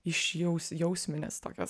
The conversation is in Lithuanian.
išjaus jausminės tokios